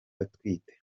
atwite